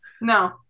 no